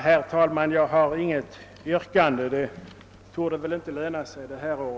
Herr talman, jag har inget yrkande; det torde väl inte löna sig detta år.